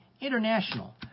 international